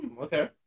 Okay